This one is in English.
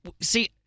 See